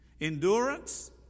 Endurance